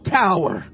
tower